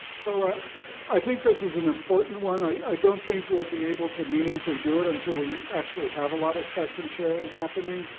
so i i think this is an important one, i don't think we will be able to meaningful do it until we actually have a lot of spectrum sharing happening,